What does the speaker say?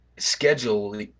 schedule